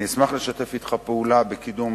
אני אשמח לשתף אתך פעולה בקידום